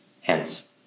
Hence